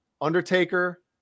Undertaker